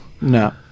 No